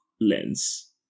lens